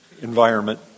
environment